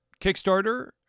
Kickstarter